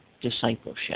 discipleship